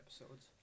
episodes